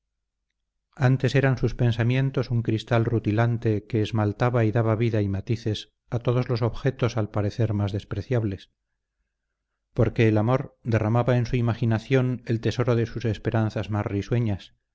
antes eran sus pensamientos un cristal rutilante que esmaltaba y daba vida y matices a todos los objetos al parecer más despreciables porque el amor derramaba en su imaginación el tesoro de sus esperanzas más risueñas